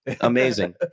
amazing